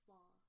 Law